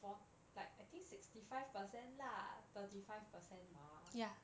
for like I think sixty five percent 辣 thirty five percent 麻